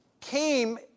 came